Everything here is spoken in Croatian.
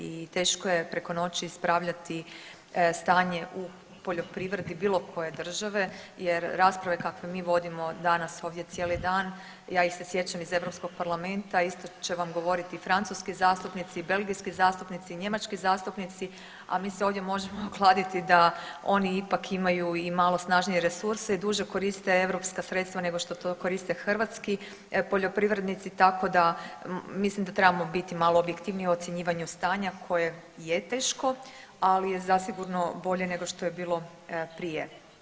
I teško je preko noći ispravljati stanje u poljoprivredi bilo koje države jer rasprave kakve mi vodimo danas ovdje cijeli dan ja ih se sjećam iz Europskog parlamenta isto će vam govoriti i francuski zastupnici i belgijski zastupnici i njemački zastupnici, a mi se ovdje možemo kladiti da oni ipak imaju i malo snažnije resurse i duže koriste europska sredstva nego što to koriste hrvatski poljoprivrednici tako da mislim da trebamo biti malo objektivniji u ocjenjivanju stanja koje je teško, ali je zasigurno bolje nego što je bilo prije.